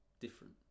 different